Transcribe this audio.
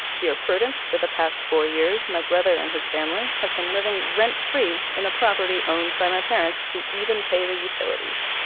dear prudence, for the past four years, my brother and his family have been living rent free in a property owned by my parents who even pay the utilities.